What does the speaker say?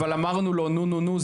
אבל אמרנו לו נו-נו-נו,